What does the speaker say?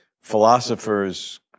Philosophers